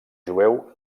jueu